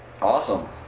Awesome